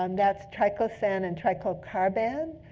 um that's triclosan and triclocarban.